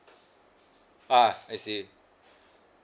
ah I see